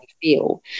feel